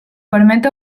permet